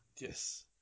Yes